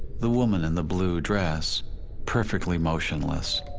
the woman in the blue dress perfectly motionless,